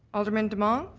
alderman demong?